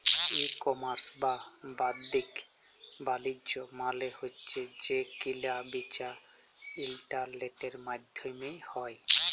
ই commerce বা বাদ্দিক বালিজ্য মালে হছে যে কিলা বিচা ইলটারলেটের মাইধ্যমে হ্যয়